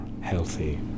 healthy